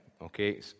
okay